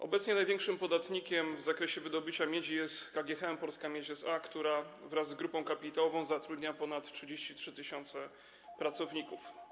Obecnie największym podatnikiem w zakresie wydobycia miedzi jest KGHM Polska Miedź SA, która wraz z grupą kapitałową zatrudnia ponad 33 tys. pracowników.